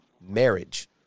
marriage